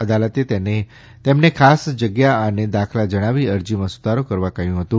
અદાલતે તેમને ખાસ જગ્યા અને દાખલા જણાવી અરજીમાં સુધારો કરવા કહ્યું હતું